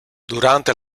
durante